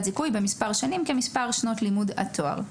זיכוי ומספר השנים כמספר שנות לימוד התואר.